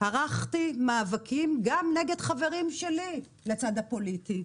ערכתי מאבקים גם נגד חברים שלי לצד הפוליטי,